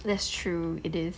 that's true it is